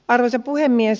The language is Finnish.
arvoisa puhemies